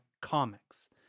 comics